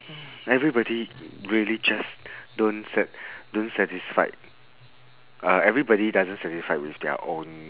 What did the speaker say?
everybody really just don't sat~ don't satisfied uh everybody doesn't satisfied with their own